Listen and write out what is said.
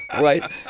right